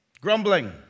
grumbling